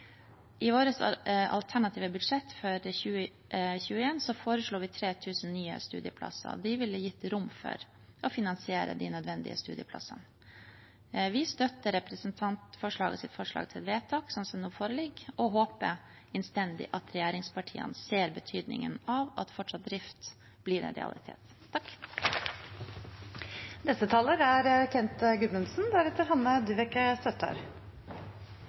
I vårt alternative budsjett for 2021 foreslo vi 3 000 nye studieplasser. Vi ville gitt rom for å finansiere de nødvendige studieplassene. Vi støtter representantforslagets forslag til vedtak sånn som det foreligger, og håper innstendig at regjeringspartiene ser betydningen av at fortsatt drift blir en realitet. Dette er